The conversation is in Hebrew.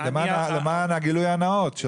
למען הגילוי הנאות,